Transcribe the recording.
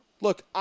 look